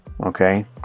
okay